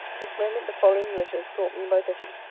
this moment the following letter is brought me by betty.